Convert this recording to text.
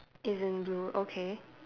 it's in blue okay